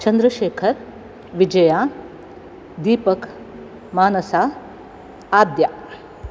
चन्द्रशेखरः Vijaya Deepak Manasa Aadya